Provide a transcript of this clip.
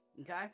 Okay